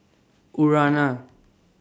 Urana